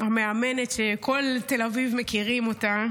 המאמנת שבכל תל אביב מכירים אותה.